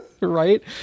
Right